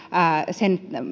sen